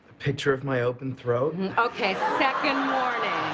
picture of my open throat. and okay, second warning.